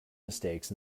mistakes